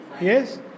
Yes